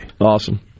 Awesome